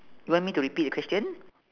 you want me to repeat the question